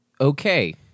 okay